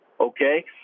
okay